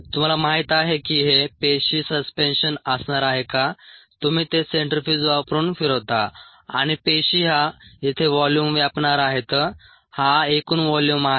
तुम्हाला माहीत आहे की हे पेशी सस्पेन्शन असणार आहे का तुम्ही ते सेंट्रीफ्यूज वापरून फिरवता आणि पेशी हा येथे व्हॉल्यूम व्यापणार आहेत हा एकूण व्हॉल्यूम आहे